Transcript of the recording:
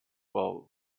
while